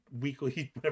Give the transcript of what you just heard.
weekly